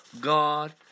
God